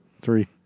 Three